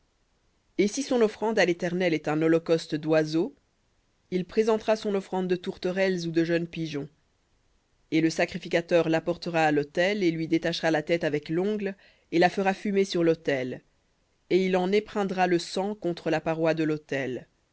et si son offrande à l'éternel est un holocauste d'oiseaux il présentera son offrande de tourterelles ou de jeunes pigeons et le sacrificateur l'apportera à l'autel et lui détachera la tête avec l'ongle et la fera fumer sur l'autel et il en épreindra le sang contre la paroi de l'autel